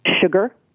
sugar